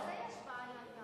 גם בזה יש בעיה.